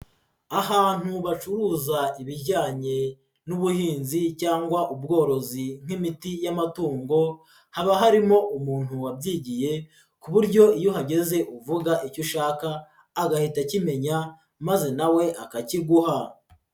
Ahantu bacuruza ibijyanye n'ubuhinzi cyangwa ubworozi nk'imiti y'amatungo, haba harimo umuntu wabyigiye ku buryo iyo uhageze uvuga icyo ushaka agahita akimenya, maze na we akakiguha.